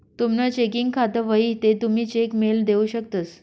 तुमनं चेकिंग खातं व्हयी ते तुमी चेक मेल देऊ शकतंस